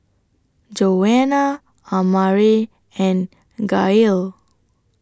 Joana Amare and Gail